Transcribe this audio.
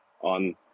on